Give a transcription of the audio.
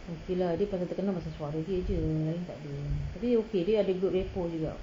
okay lah dia kalau terkenal pasal suara dia jer lain takde tapi dia okay dia ada build rapport juga